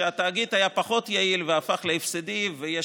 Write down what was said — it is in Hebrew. שבו התאגיד היה פחות יעיל והפך להפסדי ויש